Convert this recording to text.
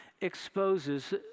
exposes